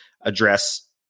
address